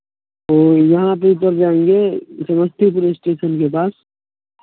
तो यहाँ पर जब जाएँगे समस्तीपुर स्टेशन के पास